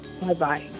Bye-bye